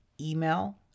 email